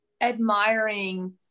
Admiring